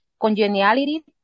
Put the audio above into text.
Congeniality